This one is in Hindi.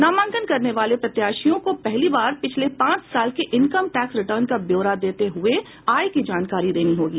नामांकन करने वाले प्रत्याशियों को पहली बार पिछले पांच साल के इनकम टैक्स रिटर्न का ब्योरा देते हुये आय की जानकारी देनी होगी